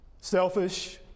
selfish